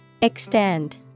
Extend